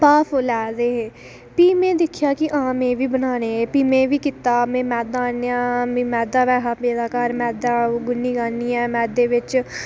भाप लै दे हे प्ही में दिक्खेआ की आं में बी बनाने एह् ते भी कीता में मैदा आह्नेआ मैदा ते ऐहा पेदा घर मेदा गु'न्नी गन्नियै ओह्दे बिच